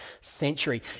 century